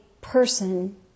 person